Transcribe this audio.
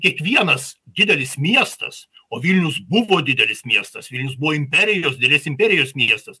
kiekvienas didelis miestas o vilnius buvo didelis miestas vilnius buvo imperijos didelės imperijos miestas